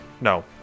no